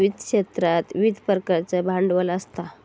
वित्त क्षेत्रात विविध प्रकारचा भांडवल असता